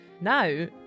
Now